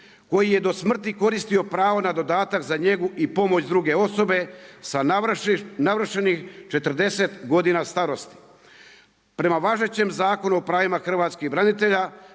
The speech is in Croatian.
koji je do smrti koristio pravo na dodatak za njegu i pomoć druge osobe sa navršenih 40 godina starosti. Prema važećem Zakonu pravima hrvatskih branitelja